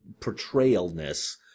portrayalness